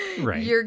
Right